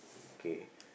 K